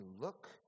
look